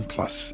Plus